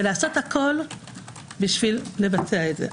ולעשות הכול בשביל לבצע את זה.